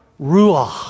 Ruach